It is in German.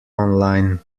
online